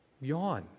yawn